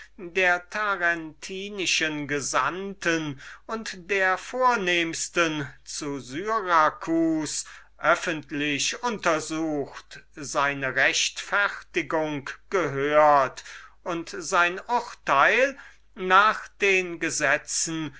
der gesandten von tarent und der vornehmsten zu syracus untersucht seine rechtfertigung gehört und sein urteil nach den gesetzen